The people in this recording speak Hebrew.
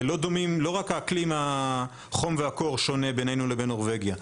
לא רק החום והקור שונה בינינו לבין נורבגיה.